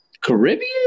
Caribbean